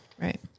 right